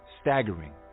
staggering